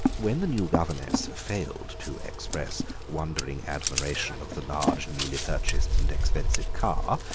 when the new governess failed to express wondering admiration of the large newly-purchased and expensive car,